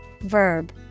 verb